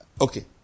Okay